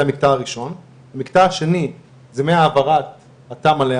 מה ההבדל ביני לביניכם.